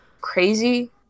crazy